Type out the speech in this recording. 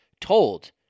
told